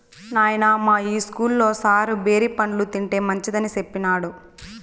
నాయనా, మా ఇస్కూల్లో సారు బేరి పండ్లు తింటే మంచిదని సెప్పినాడు